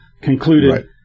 concluded